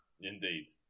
Indeed